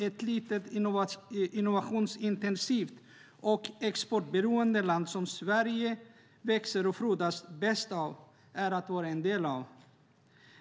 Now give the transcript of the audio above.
Ett litet, innovationsintensivt och exportberoende land som Sverige växer och frodas bäst av att vara en del av en gemensam inre marknad.